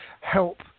help